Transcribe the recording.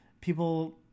people